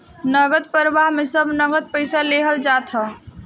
नगद प्रवाह में सब नगद पईसा लेहल जात हअ